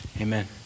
Amen